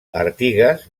artigas